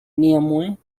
néanmoins